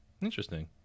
interesting